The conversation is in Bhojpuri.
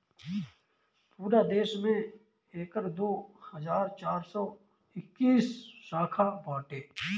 पूरा देस में एकर दो हज़ार चार सौ इक्कीस शाखा बाटे